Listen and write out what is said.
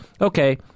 okay